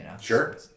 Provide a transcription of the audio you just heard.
Sure